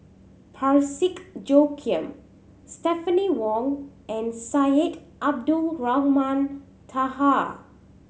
Parsick Joaquim Stephanie Wong and Syed Abdulrahman Taha